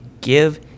give